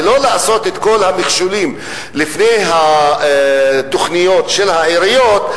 ולא לעשות את כל המכשולים בפני התוכניות של העיריות,